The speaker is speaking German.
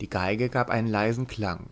die geige gab einen leisen klang